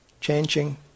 changing